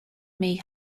may